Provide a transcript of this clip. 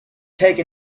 take